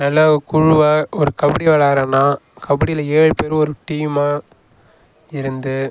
நல்லா குழுவாக ஒரு கபடி விளையாடுறோனா கபடியில ஏழு பேரும் ஒரு டீம்மா இருந்து